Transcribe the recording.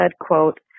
quote